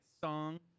song